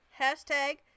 Hashtag